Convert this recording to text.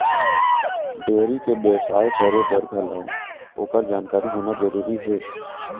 dairy के बेवसाय करे बर घलौ ओकर जानकारी होना जरूरी हे